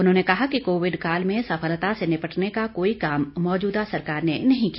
उन्होंने कहा कि कोविड काल में सफलता से निपटने का कोई काम मौजूदा सरकार ने नहीं किया